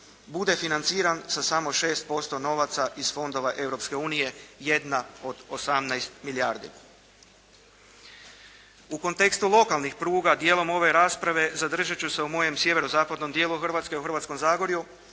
bude financiran sa samo 6% novaca iz fondova Europske unije jedna od 18 milijardi. U kontekstu lokalnih pruga djelom ove rasprave zadržat ću se u mojem sjeverozapadnom dijelu Hrvatske, u Hrvatskom zagorju